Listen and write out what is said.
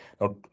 Now